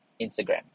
Instagram